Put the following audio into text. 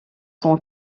son